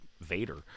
Vader